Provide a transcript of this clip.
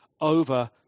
over